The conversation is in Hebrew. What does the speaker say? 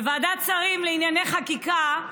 בוועדת שרים לענייני חקיקה,